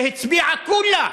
שהצביעה כולה,